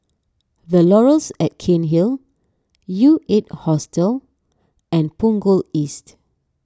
the Laurels at Cairnhill U eight Hostel and Punggol East